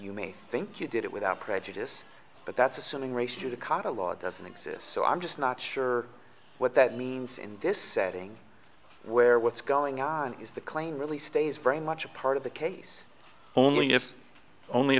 you may think you did it without prejudice but that's assuming race judicata law doesn't exist so i'm just not sure what that means in this setting where what's going on is the claim really stays very much a part of the case only if only